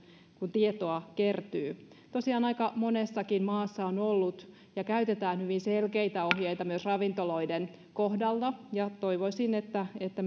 kuin tietoa kertyy tosiaan aika monessakin maassa on ollut ja käytetään hyvin selkeitä ohjeita myös ravintoloiden kohdalla ja toivoisin että että